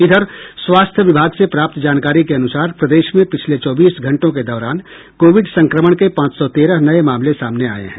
इधर स्वास्थ्य विभाग से प्राप्त जानकारी के अनुसार प्रदेश में पिछले चौबीस घंटों के दौरान कोविड संक्रमण के पांच सौ तेरह नये मामले सामने आये हैं